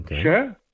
Sure